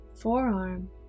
forearm